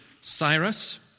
Cyrus